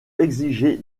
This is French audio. exiger